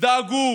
דאגו